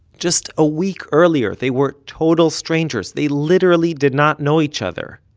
just a week earlier they were total strangers. they literally did not know each other.